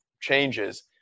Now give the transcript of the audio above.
changes